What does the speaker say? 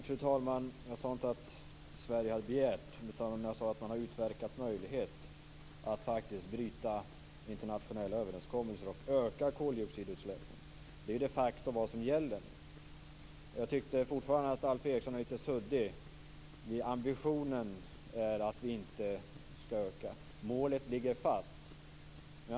Fru talman! Jag sade inte att Sverige hade begärt detta. Jag sade att man har utverkat möjlighet att bryta internationella överenskommelser och öka koldioxidutsläppen. Det är ju de facto vad som gäller nu. Jag tycker fortfarande att Alf Eriksson är lite suddig när det gäller att ambitionen är att vi inte skall öka utsläppen. Målet ligger fast, säger han.